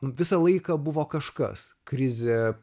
visą laiką buvo kažkas krizė